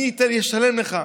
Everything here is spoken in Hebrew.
אני אשלם לך.